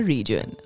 Region